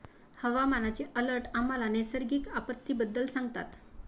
हवामानाचे अलर्ट आम्हाला नैसर्गिक आपत्तींबद्दल सांगतात